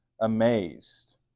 amazed